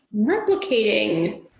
replicating